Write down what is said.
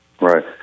Right